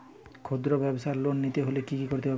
খুদ্রব্যাবসায় লোন নিতে হলে কি করতে হবে?